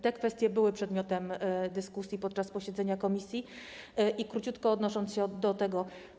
Te kwestie były przedmiotem dyskusji podczas posiedzenia komisji i króciutko odniosę się do tego.